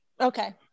okay